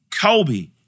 Kobe